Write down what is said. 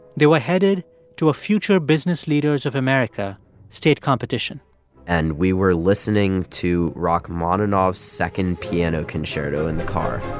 they were headed to a future business leaders of america state competition and we were listening to rachmaninoff's second piano concerto in the car